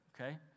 okay